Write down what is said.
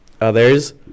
others